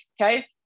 Okay